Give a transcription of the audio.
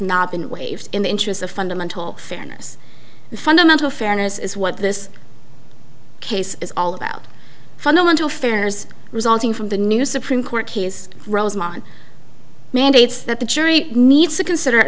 not been waived in the interests of fundamental fairness fundamental fairness is what this case is all about fundamental fares resulting from the new supreme court case rosemont mandates that the jury needs to consider